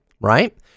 Right